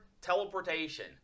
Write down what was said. teleportation